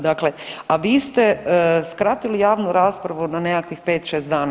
Dakle, a vi ste skratili javnu raspravu na nekakvih 5-6 dana.